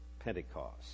Pentecost